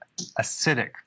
acidic